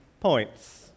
points